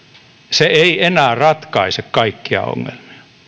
se ei enää ratkaise kaikkia ongelmia